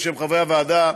בשמי ובשם החברי הוועדה,